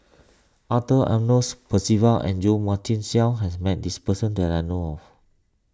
Arthur Ernest Percival and Jo Marion Seow has met this person that I know of